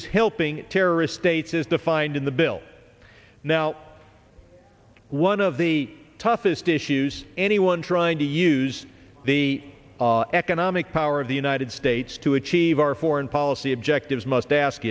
is helping terrorist states is defined in the bill now one of the toughest issues anyone trying to use the economic power of the united states to achieve our foreign policy objectives must ask